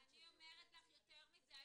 אני אומרת לך יותר מזה,